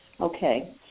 Okay